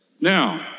Now